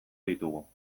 ditugu